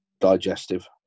digestive